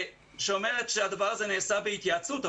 שאומרת שהדבר הזה נעשה בהתייעצות,